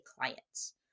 clients